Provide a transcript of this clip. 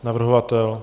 Navrhovatel?